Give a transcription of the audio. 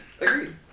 Agreed